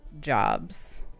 jobs